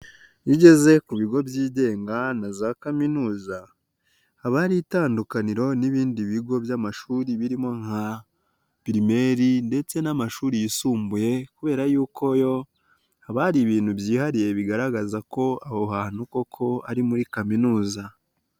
Iyo ugeze ku bigo byigenga na za kaminuza, haba hari itandukaniro n'ibindi bigo by'amashuri birimo nka pirimeri ndetse n'amashuri yisumbuye kubera yuko yo haba hari ibintu byihariye bigaragaza ko aho hantu koko ari muri kaminuza.